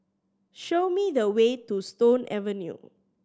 show me the way to Stone Avenue